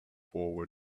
forward